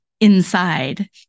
inside